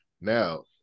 Now